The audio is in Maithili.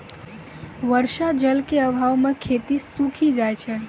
बर्षा जल क आभाव म खेती सूखी जाय छै